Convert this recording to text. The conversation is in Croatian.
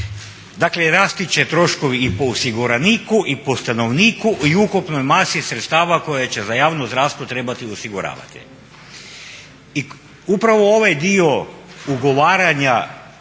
Dakle rasti će troškovi i po osiguraniku i po stanovniku i ukupnoj masi sredstava koje će za javno zdravstvo trebati osiguravati.